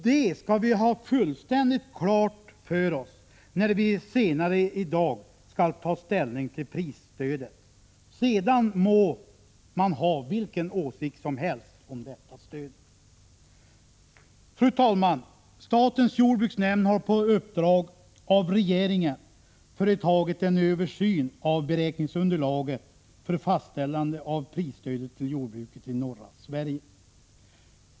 Det skall vi ha fullständigt klart för oss, när vi senare skall ta ställning till prisstödet — sedan må man ha vilken åsikt som helst om detta stöd. Fru talman! Statens jordbruksnämnd har på uppdrag av regeringen företagit en översyn av beräkningsunderlaget för fastställande av prisstödet till jordbruket i norra Sverige.